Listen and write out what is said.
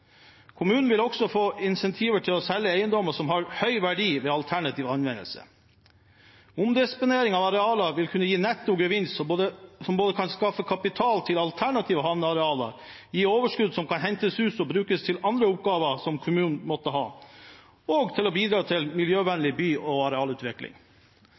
vil også få incentiver til å selge eiendommer som har høy verdi ved alternativ anvendelse. Omdisponering av arealer vil kunne gi en netto gevinst som både kan skaffe kapital til alternative havnearealer, gi overskudd som kan hentes ut og brukes til andre oppgaver kommunen måtte ha, og bidra til en miljøvennlig by- og arealutvikling.